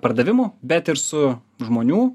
pardavimu bet ir su žmonių